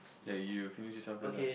yeah you finish this one first ah